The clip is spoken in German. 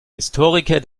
historiker